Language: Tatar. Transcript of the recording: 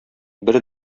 бер